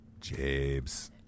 Jabes